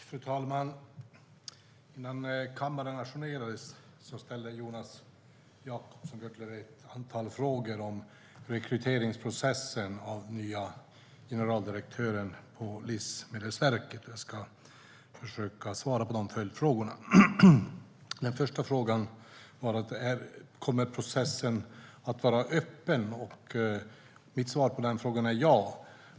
Fru talman! Innan kammaren ajournerades ställde Jonas Jacobsson Gjörtler ett antal frågor om rekryteringsprocessen gällande den nya generaldirektören på Livsmedelsverket. Jag ska försöka svara på följdfrågorna. Den första frågan gällde om processen kommer att vara öppen. Mitt svar på den frågan är ja.